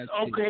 Okay